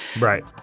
Right